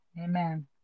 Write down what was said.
Amen